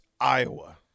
Iowa